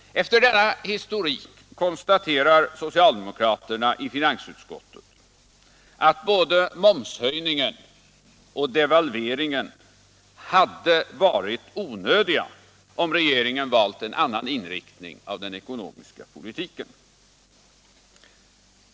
Efter denna historik konstaterar socialdemokraterna i finansutskottet att både momshöjningen och devalveringen skulle ha varit onödiga, om regeringen valt en annan inriktning av den ekonomiska politiken.